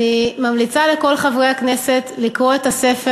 אני ממליצה לכל חברי הכנסת לקרוא את הספר